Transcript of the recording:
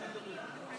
בסדר.